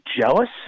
jealous